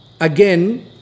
Again